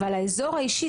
אבל האזור האישי,